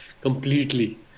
Completely